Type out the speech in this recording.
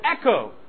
echo